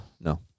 No